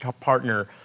partner